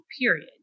period